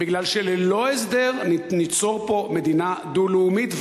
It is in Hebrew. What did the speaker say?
בגלל שללא הסדר ניצור פה מדינה דו-לאומית,